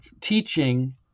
teaching